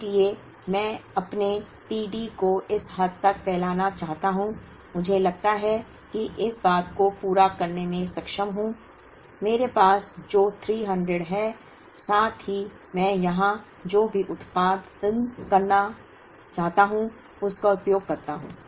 इसलिए मैं अपने t D को इस हद तक फैलाना चाहता हूं मुझे लगता है कि इस बात को पूरा करने में सक्षम हूं मेरे पास जो 300 है साथ ही मैं यहां जो भी उत्पादन करता हूं उसका उपयोग करता हूं